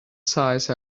size